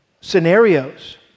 scenarios